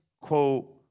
quote